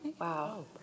Wow